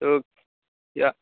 رُک کیا